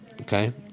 Okay